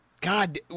God